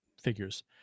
figures